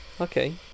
Okay